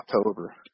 October